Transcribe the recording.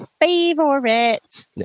favorite